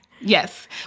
Yes